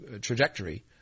trajectory